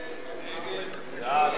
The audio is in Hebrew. סיעות